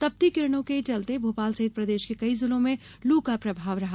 तपती किरणों के चलते भोपाल सहित प्रदेश के कई जिलों में लू का प्रभाव रहा